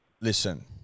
Listen